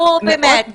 נו, באמת.